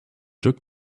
jerk